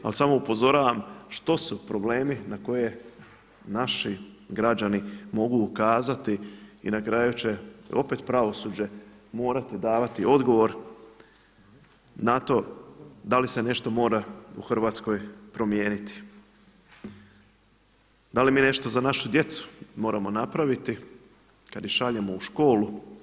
Ali samo upozoravam što su problemi na koje naši građani mogu ukazati i na kraju će opet pravosuđe morati davati odgovor na to da li se nešto mora u Hrvatskoj promijeniti, da li mi nešto za našu djecu moramo napraviti kada ih šaljemo u školu.